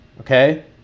Okay